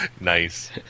Nice